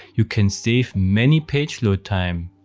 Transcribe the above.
you can save many page load time.